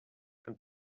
and